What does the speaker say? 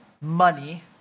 money